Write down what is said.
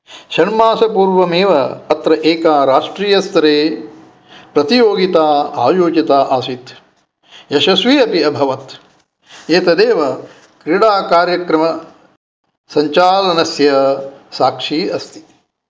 षण्मासपूर्वमेव अत्र एका राष्ट्रियस्तरे प्रतियोगिता आयोजिता आसीत् यशस्वी अपि अभवत् एतदेव क्रीडाकार्यक्रमसञ्चालनस्य साक्षी अस्ति